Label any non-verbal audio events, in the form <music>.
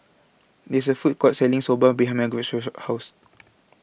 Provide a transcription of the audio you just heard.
There's A Food Court Selling Soba behind Margarett's House <noise>